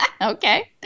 Okay